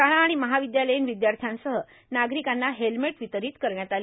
शाळा आणि महाविद्यालयीन विद्यार्थ्यांसह नागरिकांना हेलमेट वितरित करण्यात आले